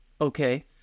okay